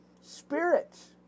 Spirits